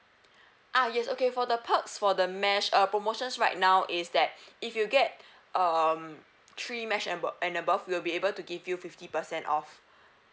ah yes okay for the perks for the mesh uh promotions right now is that if you get um three mesh and abo~ and above we'll be able to give you fifty percent off